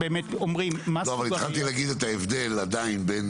אבל התחלתי להגיד את ההבדל בין